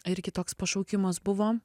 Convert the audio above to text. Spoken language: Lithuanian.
irgi toks pašaukimas buvo